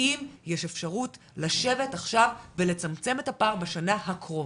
האם יש אפשרות לשבת עכשיו ולצמצם את הפער בשנה הקרובה?